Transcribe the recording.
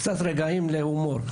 קצת רגעים להומור.